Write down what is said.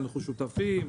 אנחנו שותפים,